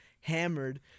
hammered